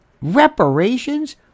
Reparations